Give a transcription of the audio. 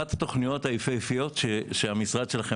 אחת התוכניות היפהפיות שהמשרד שלכם